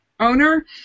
owner